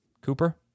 Cooper